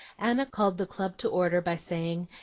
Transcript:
anna called the club to order by saying,